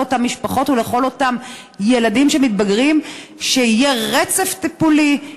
אותן משפחות ולכל אותם ילדים שמתבגרים שיהיה רצף טיפולי,